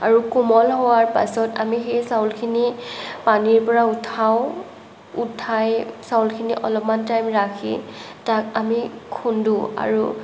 আৰু কোমল হোৱাৰ পাছত আমি সেই চাউলখিনি পানীৰ পৰা উঠাওঁ উঠাই চাউলখিনি অলপমান টাইম ৰাখি তাক আমি খুন্দোঁ আৰু